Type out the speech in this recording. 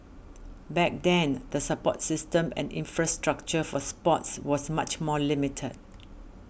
back then the support system and infrastructure for sports was much more limited